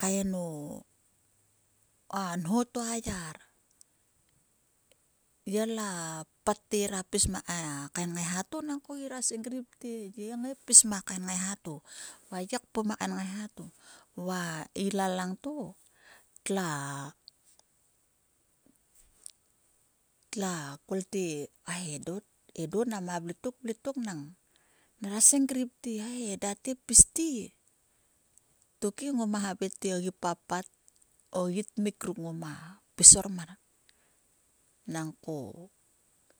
kaen o a nho to a yar ye la pat te ngira pis ma kain ngaeha to nangko ngira senkrip te yi ngai pis ma ngaiha to va ila langto tla tla kol te ae edo nama vle tok vle tok nang senkrip te ai rda tngai pis te ogi papt o gi tmik ruk ngoma pis ormar nangko